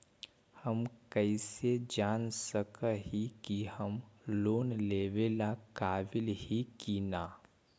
हम कईसे जान सक ही की हम लोन लेवेला काबिल ही की ना?